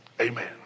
Amen